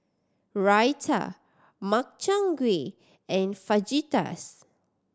Raita Makchang Gui and Fajitas